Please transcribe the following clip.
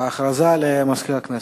הודעה למזכירת הכנסת.